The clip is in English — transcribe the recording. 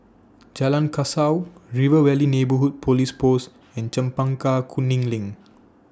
Jalan Kasau River Valley Neighbourhood Police Post and Chempaka Kuning LINK